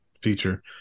feature